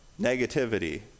negativity